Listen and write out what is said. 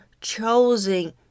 chosen